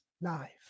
life